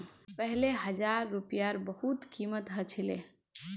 पहले हजार रूपयार बहुत कीमत ह छिले